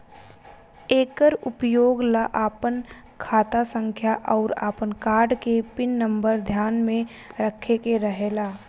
एकर उपयोग ला आपन खाता संख्या आउर आपन कार्ड के पिन नम्बर ध्यान में रखे के रहेला